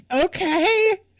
Okay